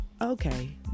okay